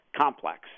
complex